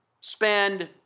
spend